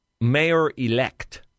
mayor-elect